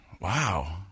Wow